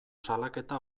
salaketa